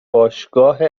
باشگاه